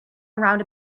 around